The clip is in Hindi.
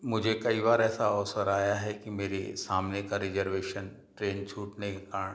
मुझे कई बार ऐसा अवसर आया है कि मेरे सामने का रिज़र्वेशन ट्रेन छूटने के कारण